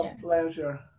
pleasure